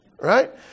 right